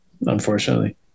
Unfortunately